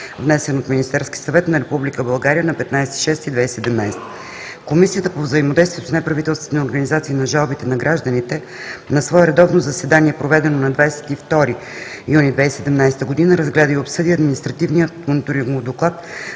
внесен от Министерския съвет на Република България на 15 юни 2017 г. Комисията по взаимодействието с неправителствените организации и жалбите на гражданите на свое редовно заседание, проведено на 22 юни 2017 г., разгледа и обсъди Административен мониторингов доклад